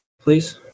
please